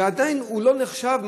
ועדיין הוא לא נחשב,